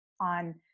on